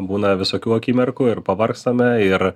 būna visokių akimirkų ir pavargstame ir